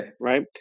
right